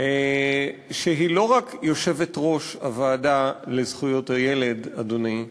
שהיא לא רק יושבת-ראש הוועדה לזכויות הילד, אדוני,